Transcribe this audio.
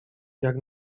jak